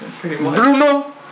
Bruno